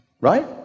Right